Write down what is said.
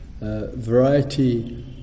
variety